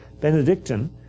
Benedictine